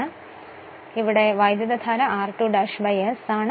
ഇതിൽനിന്നു മനസ്സിലാകുന്നത് ഈ വൈദ്യുത ധാര r2 ' s ആണെന്നാണ്